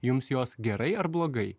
jums jos gerai ar blogai